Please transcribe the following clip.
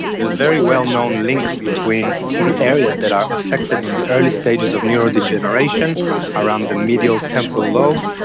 there is very well known links between the areas that are affected in the early stages of neurodegeneration around the medial temporal lobe,